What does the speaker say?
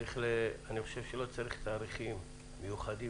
אני חושב שלא צריך תאריכים מיוחדים